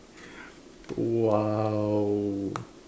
!wow!